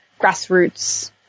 grassroots